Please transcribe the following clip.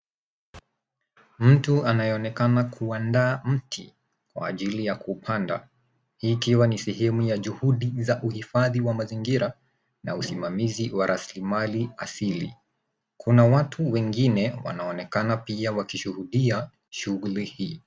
Mtu anayeonekana kuandaa mti kwa ajili ya kupanda hii ikiwa ni sehemu ya juhudi za uhifadhi wa mazingira na usimamizi wa rasilimali asili. Kuna watu wengine wanaonekana pia wakishuhudia shughuli hii.